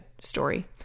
story